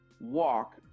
walk